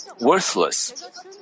worthless